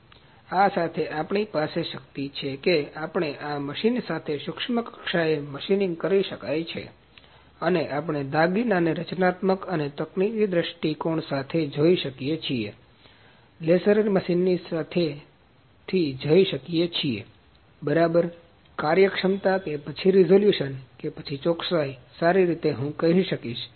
તેથી આ સાથે આપણી પાસે શક્તિ છે કે આપણે આ મશીન સાથે સૂક્ષ્મ કક્ષાએ મશીનીંગ કરી શકાય અને આપણે દાગીના ને રચનાત્મક અને તકનીકી દ્રષ્ટિકોણ સાથે જઈ શકીએ છીએ લેસર મશીનની સાથે થી જઈ શકીયે છીએ બરાબર કાર્યક્ષમતા કે પછી રિઝોલ્યૂશન કે પછી ચોકસાઈ સારી હું કહી શકીશ